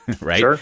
right